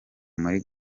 muri